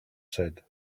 said